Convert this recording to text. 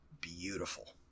beautiful